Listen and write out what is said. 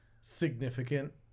significant